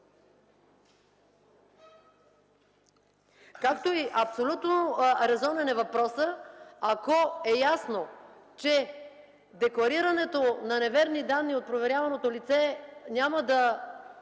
за вас? Абсолютно резонен е въпросът – ако е ясно, че декларирането на неверни данни от проверяваното лице или